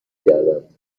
کردند